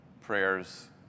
prayers